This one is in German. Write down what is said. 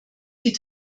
die